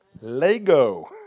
lego